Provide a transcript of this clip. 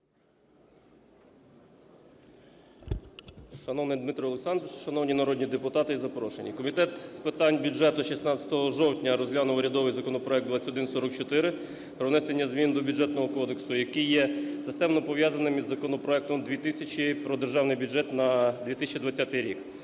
Шановний Дмитро Олександрович, шановні народні депутати і запрошені, Комітет з питань бюджету 16 жовтня розглянув урядовий законопроект 2144 про внесення змін до Бюджетного кодексу, який є системно пов'язаним із законопроектом 2000 "Про Державний бюджет на 2020 рік".